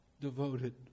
devoted